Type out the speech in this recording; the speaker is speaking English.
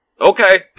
okay